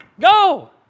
Go